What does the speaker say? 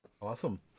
awesome